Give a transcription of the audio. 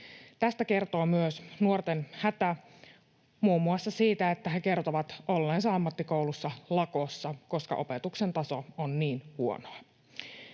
Tästä kertoo myös nuorten hätä muun muassa siitä, että he kertovat olleensa ammattikoulussa lakossa, koska opetuksen taso on niin huonoa.